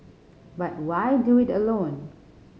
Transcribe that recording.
but why do it alone